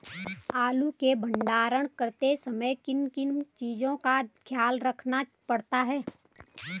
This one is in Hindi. आलू के भंडारण करते समय किन किन चीज़ों का ख्याल रखना पड़ता है?